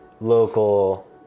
local